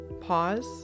Pause